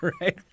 Right